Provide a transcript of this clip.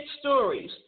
stories